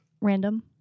Random